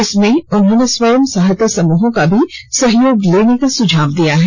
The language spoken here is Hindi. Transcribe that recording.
इसमें उन्होंने स्वयं सहायता समूहों का भी सहयोग लेने का सुझाव दिया है